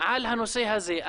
על הנושא הזה.